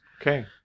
okay